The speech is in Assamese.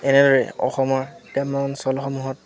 এনেদৰে অসমৰ গ্ৰাম্য অঞ্চলসমূহত